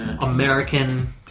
American